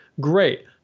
Great